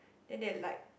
then they like